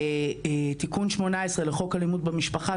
תיקון 18 לחוק אלימות במשפחה,